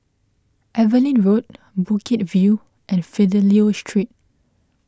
Evelyn Road Bukit View and Fidelio Street